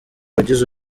wagize